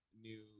new